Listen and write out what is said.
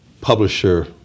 publisher